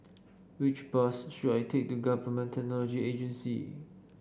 which bus should I take to Government Technology Agency